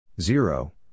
Zero